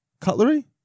cutlery